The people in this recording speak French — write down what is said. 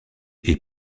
est